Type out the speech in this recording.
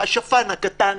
השפן הקטן.